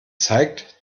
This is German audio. zeigt